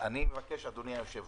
אני מבקש, אדוני היושב-ראש,